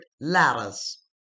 ladders